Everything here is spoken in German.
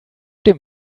dem